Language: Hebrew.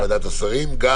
גם